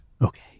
Okay